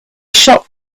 shop